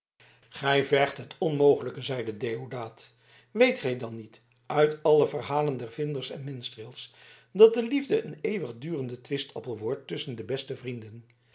gij vergt het onmogelijke zeide deodaat weet gij dan niet uit alle verhalen der vinders en meistreels dat de liefde een eeuwigdurende twistappel wordt tusschen de beste vrienden